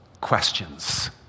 questions